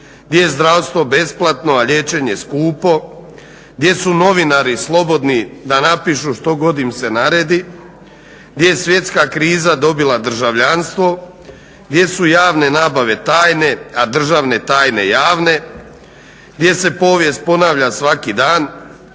gdje je zdravstvo besplatno a liječenje skupo, gdje su novinari slobodni da napišu što god im se naredi, gdje je svjetska kriza dobila državljanstvo, gdje su javne nabave tajne a državne tajne javne gdje se povijest ponavlja svaki dan,